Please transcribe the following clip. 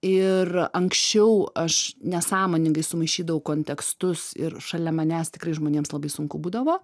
ir anksčiau aš nesąmoningai sumaišydavau kontekstus ir šalia manęs tikrai žmonėms labai sunku būdavo